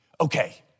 Okay